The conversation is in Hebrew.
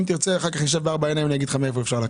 אם תרצה אחר כך נשב בארבע עיניים ואני אגיד לך מאיפה אפשר לקחת.